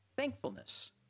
Thankfulness